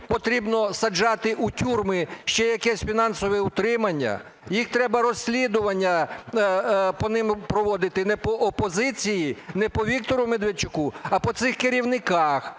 потрібно саджати у тюрми, ще якесь фінансове утримання? Їх треба… розслідування по ним проводити. Не по опозиції, не по Віктору Медведчуку, а по цих керівниках.